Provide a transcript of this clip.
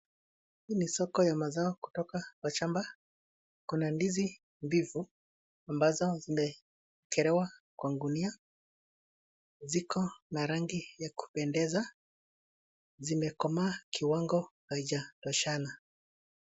Hii ni soko ya mazao kutoka kwa shamba. Kuna ndizi mbivu ambazo zimewekelewa kwa gunia. Ziko na rangi ya kupendeza. Zimekomaa kiwango haijatoshana.